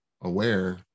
aware